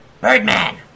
Birdman